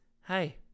hi